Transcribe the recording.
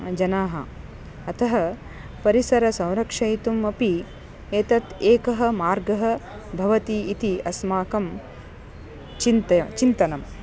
जनाः अतः परिसरं संरक्षयितुम् अपि एतत् एकः मार्गः भवति इति अस्माकं चिन्ता चिन्तनम्